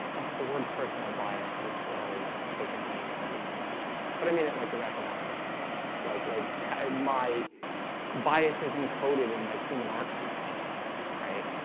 of the word personal bias is so taken to me in something else today, but i mean it like the rationality stance like like my bias has encoded in my human architecture right